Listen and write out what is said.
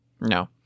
No